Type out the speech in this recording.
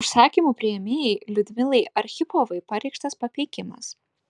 užsakymų priėmėjai liudmilai archipovai pareikštas papeikimas